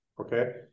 okay